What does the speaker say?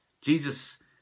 Jesus